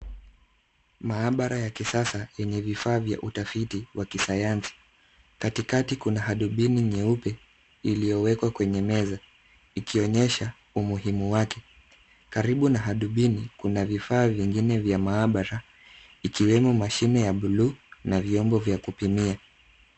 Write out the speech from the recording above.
Maabara ya kisasa yenye vifaa vya utafiti wa kisayansi. Katikati kuna hadubini nyeupe iliyowekwa kwenye meza , ikionyesha umuhimu wake. Karibu na hadubini, kuna vifaa vingine vya maabara. Ikiwemo mashine ya buluu na vyombo vya kupimia.